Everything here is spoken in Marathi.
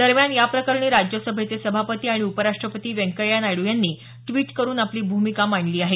दरम्यान या प्रकरणी राज्यसभेचे सभापती आणि उपराष्टपती व्यंकय्या नायड्र यांनी ड्विट करून भूमिका आपली मांडली आहे